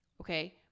okay